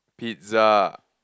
pizza